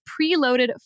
preloaded